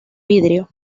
vidrio